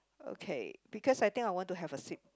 okay because I think I want to have a sip